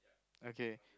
okay